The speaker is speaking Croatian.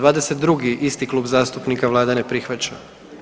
22. isti klub zastupnika vlada ne prihvaća.